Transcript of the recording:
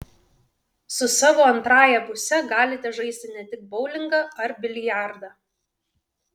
su savo antrąja puse galite žaisti ne tik boulingą ar biliardą